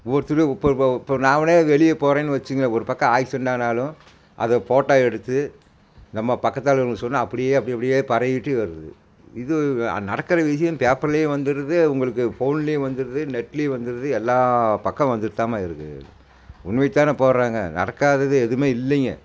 ஒவ்வொருத்தரும் இப்போ இப்போ நானே வெளியே போகிறேன்னு வச்சுக்ங்க ஒரு பக்கம் ஆக்சிடென்ட் ஆனாலும் அதை போட்டால் எடுத்து நம்ம பக்கத்தால் உள்ளவங்களுக்கு சொன்னால் அப்படியே அப்படி அப்படியே பரவிட்டு வருது இது நடக்கிற விஷயம் பேப்பர்லேயும் வந்துடுது உங்களுக்கு ஃபோன்லேயும் வந்துடுது நெட்லேயும் வந்துடுது எல்லா பக்கம் வந்துட்தாமா இருக்குது உண்மையை தான் போடுறாங்க நடக்காதது எதுவுமே இல்லைங்க